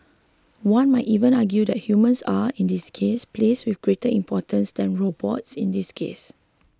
one might even argue that humans are in this case place with greater importance than robots in this case